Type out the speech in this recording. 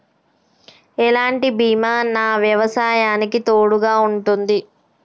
ఎలాంటి బీమా నా వ్యవసాయానికి తోడుగా ఉంటుంది?